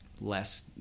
less